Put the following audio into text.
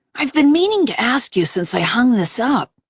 i've been meaning to ask you since i hung this up,